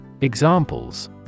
Examples